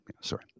sorry